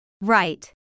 Right